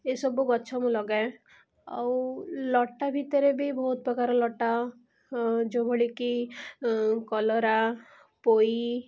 ଏଇସବୁ ଗଛ ମୁଁ ଲଗାଏ ଆଉ ଲତା ଭିତରେ ବି ବହୁତ ପ୍ରକାର ଲତା ଯେଉଁଭଳିକି କଲରା ପୋଇ